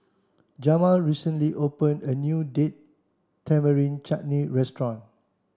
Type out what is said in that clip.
Jamal recently opened a new Date Tamarind Chutney restaurant